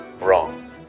wrong